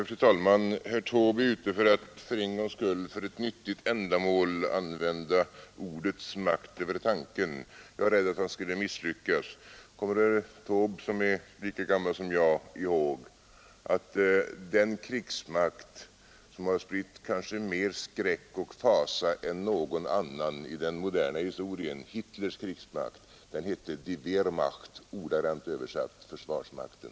Fru talman! Herr Taube är ute för att — för en gångs skull för ett nyttigt ändamål — använda ordets makt över tanken. Jag är rädd för att han skulle misslyckas. Kommer herr Taube, som är lika gammal som jag, ihåg att den krigsmakt som spritt kanske mer skräck och fasa än någon annan i den moderna historien — Hitlers krigsmakt — hette Die Wehrmacht, ordagrant översatt: försvarsmakten?